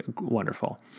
wonderful